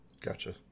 Gotcha